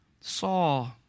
saw